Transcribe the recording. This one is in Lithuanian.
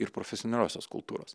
ir profesionaliosios kultūros